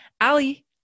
Allie